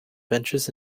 ventures